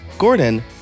Gordon